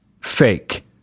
fake